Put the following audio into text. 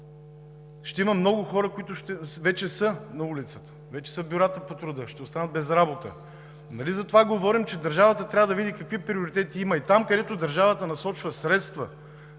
ще има много хора, които вече са на улицата, вече са в бюрата по труда, ще останат без работа. Нали говорим, че държавата трябва да види какви приоритети има и там, където държавата насочва средства